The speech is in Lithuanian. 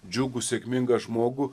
džiugų sėkmingą žmogų